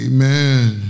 Amen